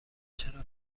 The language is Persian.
چرا